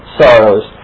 sorrows